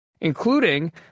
including